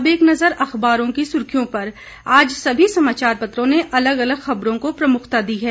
अब एक नजर अखबारों की सुर्खियों पर आज सभी समाचार पत्रों ने अलग अलग खबरों को प्रमुखता दी है